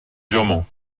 diamant